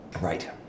Right